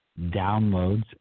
downloads